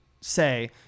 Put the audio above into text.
say